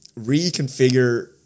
reconfigure